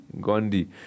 Gandhi